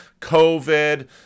COVID